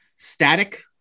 Static